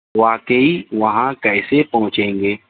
واقعی وہاں کیسے پہونچیں گے